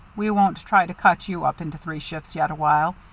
we won't try to cut you up into three shifts yet awhile.